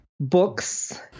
Books